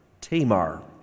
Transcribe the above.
Tamar